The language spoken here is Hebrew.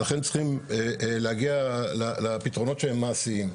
ולכן צריכים להגיע לפתרונות שהם מעשיים.